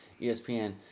ESPN